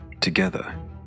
Together